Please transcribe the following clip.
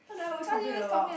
who knows complain about